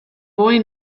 boy